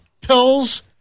pills